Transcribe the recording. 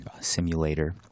simulator